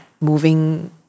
moving